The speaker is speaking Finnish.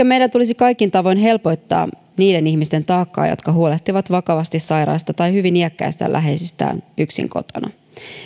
meidän tulisi kaikin tavoin helpottaa niiden ihmisten taakkaa jotka huolehtivat vakavasti sairaista tai hyvin iäkkäistä läheisistään yksin kotona